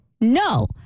no